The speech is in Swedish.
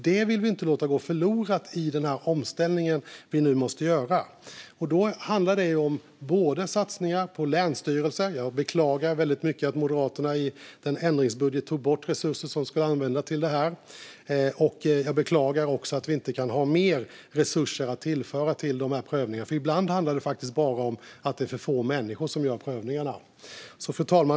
Detta vill vi inte ska gå förlorat i den omställning som vi nu måste göra. Den handlar bland annat om satsningar på länsstyrelser. Jag beklagar väldigt mycket att Moderaterna i budgeten tog bort resurser som skulle användas till detta. Jag beklagar också att vi inte har mer resurser att tillföra till dessa prövningar. Ibland handlar det faktiskt bara om att det finns för få människor som gör prövningarna. Fru talman!